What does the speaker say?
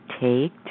take